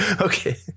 Okay